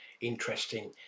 interesting